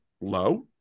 low